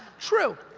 true.